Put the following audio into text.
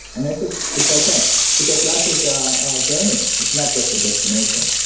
and i think it's okay because life is a journey. it's not just a destination.